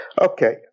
Okay